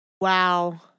Wow